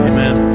Amen